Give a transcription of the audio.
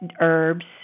herbs